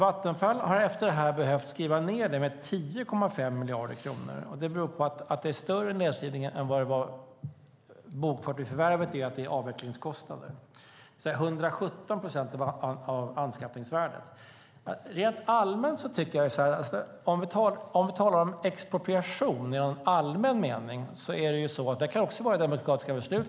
Vattenfall har efter det behövt skriva ned det med 10,5 miljarder kronor. Att det är större nedskrivningar än vad det var bokfört vid förvärvet beror på avvecklingskostnader, det vill säga 117 procent av anskaffningsvärdet. Om vi talar om expropriation i allmän mening kan det också beröra fattade demokratiska beslut.